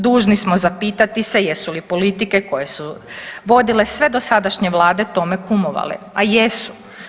Dužni smo zapitati se jesu li politike koje su vodile sve dosadašnje Vlade tome kumovale, a jesu.